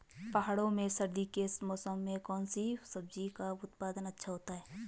पहाड़ों में सर्दी के मौसम में कौन सी सब्जी का उत्पादन अच्छा होता है?